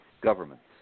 governments